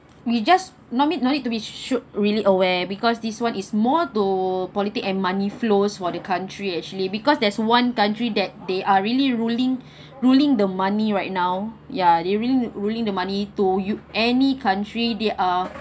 we just no need no need to be should really aware because this one is more to politics and money flows for the country actually because there's one country that they are really ruling ruling the money right now ya they ru~ ruling the money to any country they are